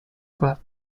club